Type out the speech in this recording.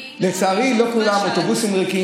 לצערי, לא כולם.